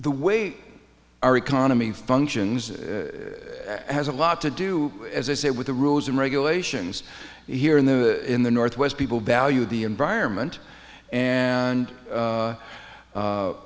the way our economy functions has a lot to do as i say with the rules and regulations here in the in the northwest people value the environment and